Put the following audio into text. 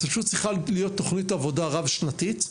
זאת פשוט צריכה להיות תכנית עבודה רב שנתית.